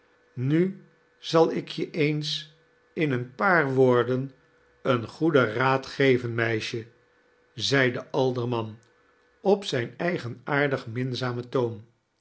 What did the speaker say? nu zal ik je eens in een paar woorden een goeden raad geven meisje zei de alderman op zijn eigenaardig minzamen toon